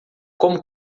como